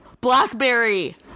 BlackBerry